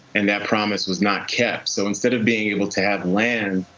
and that promise was not kept. so, instead of being able to have land,